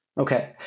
Okay